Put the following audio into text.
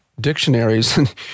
dictionaries